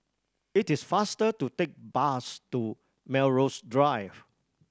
it is faster to take bus to Melrose Drive